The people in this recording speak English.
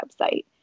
website